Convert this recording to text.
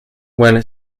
when